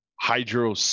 hydro